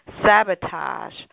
sabotage